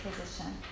position